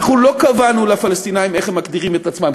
אנחנו לא קבענו לפלסטינים איך הם מגדירים את עצמם,